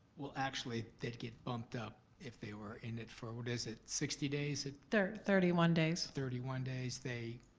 well, actually they'd get bumped up if they were in it for, what is it, sixty days? thirty thirty one days. thirty one days they